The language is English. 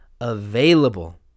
available